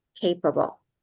capable